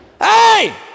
hey